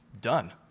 done